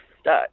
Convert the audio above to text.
stuck